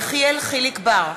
אינו נוכח יחיאל חיליק בר,